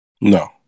No